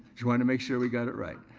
to and make sure we got it right.